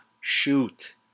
Shoot